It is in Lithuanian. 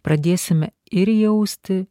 pradėsime ir jausti